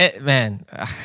man